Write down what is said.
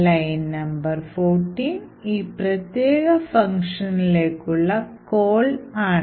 line number 14 ഈ പ്രത്യേക ഫംഗ്ഷനിലേക്കുള്ള call ആണ്